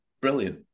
brilliant